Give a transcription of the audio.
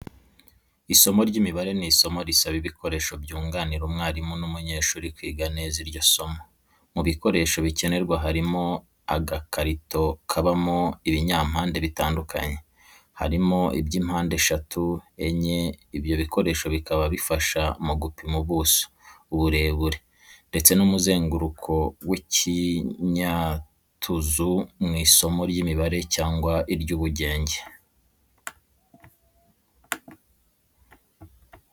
Isomo ry'imibare ni isomo risaba ibikoresho byunganira umwarimu n'umunyeshuri kwiga neza iryo somo. Mu bikoresho bikenerwa harimo agakarito kabamo ibinyampande bitandukanye, harimo iby'impande eshatu n'enye ibyo bikoresho bikaba bifasha mu gupima ubuso, uburebure ndetse n'umuzenguruko w'ikinyatuzu mu isomo ry'imibare cyangwa iry'ubugenge.